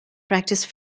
practice